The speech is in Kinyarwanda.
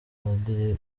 padiri